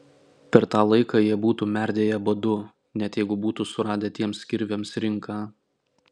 per tą laiką jie būtų merdėję badu net jeigu būtų suradę tiems kirviams rinką